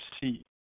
see